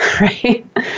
right